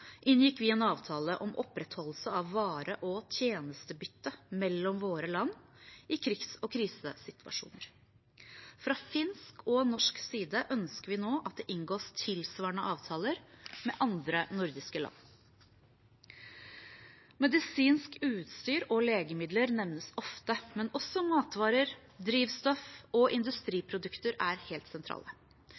inngikk vi en avtale om opprettholdelse av vare- og tjenestebytte mellom våre land i krigs- og krisesituasjoner. Fra finsk og norsk side ønsker vi nå at det inngås tilsvarende avtaler med andre nordiske land. Medisinsk utstyr og legemidler nevnes ofte, men også matvarer, drivstoff og industriprodukter er helt